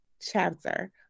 chapter